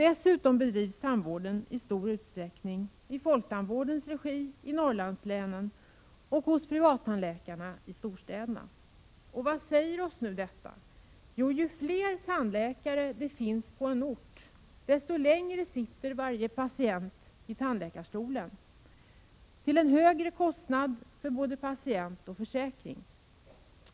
Dessutom bedrivs tandvården i stor utsträckning i folktandvårdens regi i Norrlandslänen och hos privattandläkarna i storstäderna. Vad säger oss detta? Jo, ju fler tandläkare det finns på en ort, desto längre sitter varje patient i tandläkarstolen, till en högre kostnad för både patient och försäkring.